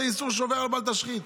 זה האיסור לעבור על בל תשחית.